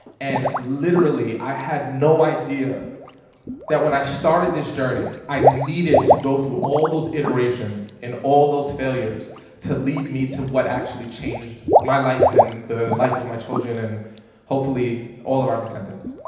and literally, i had no idea that when i started this journey, i needed to go through all those iterations and all those failures to lead me to what actually changed my life and the life of my children and hopefully all of our descendants.